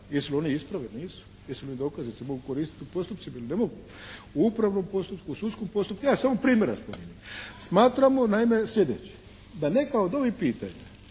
jesu oni isprave ili nisu, jesu li dokazi, je li se mogu koristiti u postupcima ili ne mogu u upravnom postupku, u sudskom postupku, ja samo primjera spominjem. Smatramo naime sljedeće, da neka od ovih pitanja